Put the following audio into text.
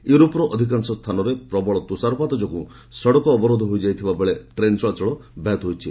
ୟୁରୋପ୍ର ଅଧିକାଂଶ ସ୍ଥାନରେ ପ୍ରବଳ ତୁଷାରପାତ ଯୋଗୁଁ ସଡ଼କ ଅବରୋଧ ହୋଇଯାଇଥିବାବେଳେ ଟ୍ରେନ୍ ଚଳାଚଳ ବ୍ୟାହତ ହୋଇଛି